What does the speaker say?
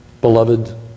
beloved